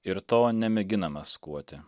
ir to nemėgina maskuoti